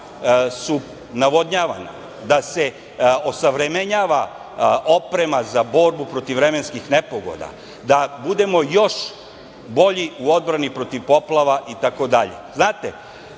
su navodnjavanja, da se osavremenjava oprema za borbu protiv remenskih nepogoda, da budemo još bolji u odbrani protiv poplava,